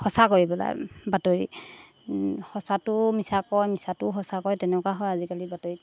সঁচা কৰি পেলাই বাতৰি সঁচাটো মিছা কয় মিছাটোও সঁচা কয় তেনেকুৱা হয় আজিকালি বাতৰিত